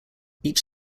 each